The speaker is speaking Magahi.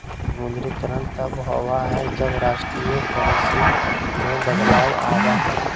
विमुद्रीकरण तब होबा हइ, जब राष्ट्रीय करेंसी में बदलाव आबा हइ